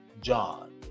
John